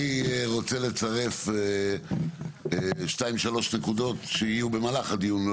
אני רוצה לצרף שתיים שלוש נקודות שיהיו במהלך הדיון.